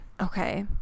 Okay